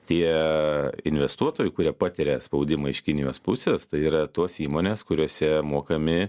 tie investuotojai kurie patiria spaudimą iš kinijos pusės tai yra tuos įmonės kuriose mokami